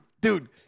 Dude